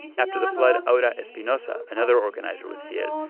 after the flood, ora espinosa, another organizer with fiel,